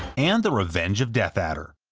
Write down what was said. and the revenge of death adder.